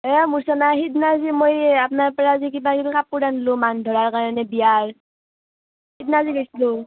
অঁ মূৰ্ছনা এই সিদনা যে মই আপোনাৰ পৰা যে কিবা কিবি কাপোৰ আনিলো মান ধৰাৰ কাৰণে বিয়াৰ সিদনা যে গৈছিলোঁ